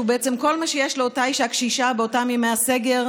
שהוא בעצם כל מה שיש לאותה אישה קשישה באותם ימי הסגר,